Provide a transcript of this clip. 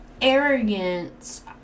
arrogance